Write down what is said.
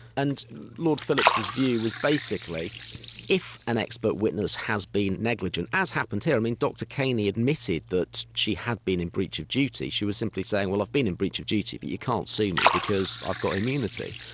and lord phillips's view was basically if an expert witness has been negligent as happened here, i mean dr kaney admitted that she had been in breach of duty, she was simply saying, well i've been in breach of duty but you can't sue me because i've got immunity.